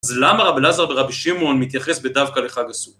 אז למה הרב אלעזר ורבי שמעון מתייחס בדווקא לחג הסוכות?